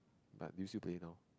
but do you still play now